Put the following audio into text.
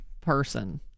person